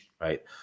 right